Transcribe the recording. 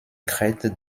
crète